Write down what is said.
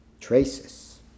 traces